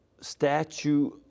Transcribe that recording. statue